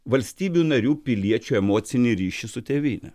valstybių narių piliečių emocinį ryšį su tėvyne